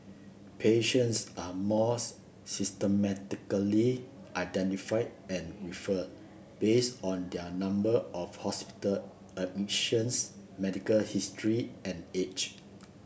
patients are more systematically identified and referred based on their number of hospital admissions medical history and age